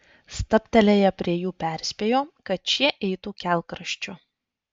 stabtelėję prie jų perspėjo kad šie eitų kelkraščiu